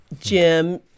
Jim